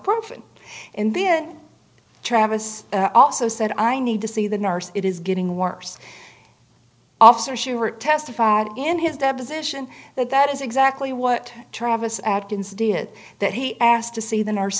point and then travis also said i need to see the nurse it is getting worse officer shoer testified in his deposition that that is exactly what travis adkins did that he asked to see the nurse